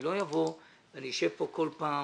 אני לא אשב כאן כל פעם